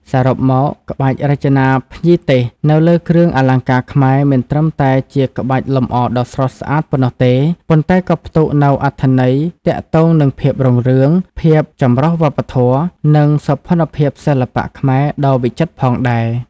សរុបមក ក្បាច់រចនាភ្ញីទេសនៅលើគ្រឿងអលង្ការខ្មែរ មិនត្រឹមតែជាក្បាច់លម្អដ៏ស្រស់ស្អាតប៉ុណ្ណោះទេ ប៉ុន្តែក៏ផ្ទុកនូវអត្ថន័យទាក់ទងនឹងភាពរុងរឿង ភាពចម្រុះវប្បធម៌ និងសោភ័ណភាពសិល្បៈខ្មែរដ៏វិចិត្រផងដែរ។